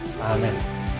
Amen